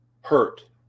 hurt